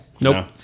Nope